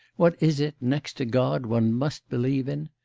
what is it next to god one must believe in?